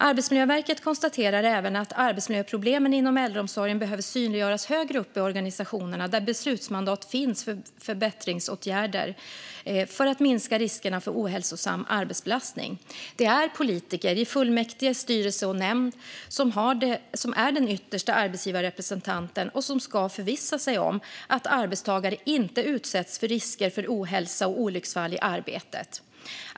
Arbetsmiljöverket konstaterar även att arbetsmiljöproblemen inom äldreomsorgen behöver synliggöras högre upp i organisationerna, där det finns beslutsmandat för förbättringsåtgärder för att minska riskerna för ohälsosam arbetsbelastning. Det är politiker i fullmäktige, styrelse och nämnd som är den yttersta arbetsgivarrepresentanten och som ska förvissa sig om att arbetstagare inte utsätts för risker för ohälsa och olycksfall i arbetet.